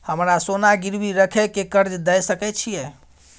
हमरा सोना गिरवी रखय के कर्ज दै सकै छिए?